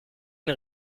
une